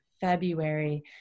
february